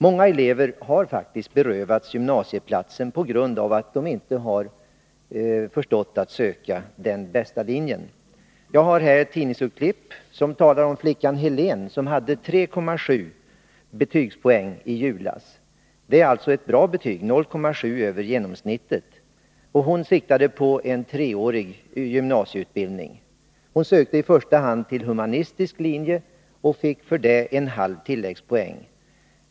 Många elever har faktiskt berövats gymnasieplats på grund av att de inte har förstått att söka den ”bästa” linjen. Jag har här ett tidningsurklipp som belyser vilka konsekvenserna kan bli. Tartikeln talas om flickan Helen, som i julas hade 3,7 i betygspoäng. Det är alltså ett bra betyg —0,7 poäng över genomsnittet. Den här flickan siktade på en 3-årig gymnasieutbildning. Hon sökte i första hand till humanistisk linje och fick för det 0,5 i tilläggspoäng.